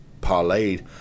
parlayed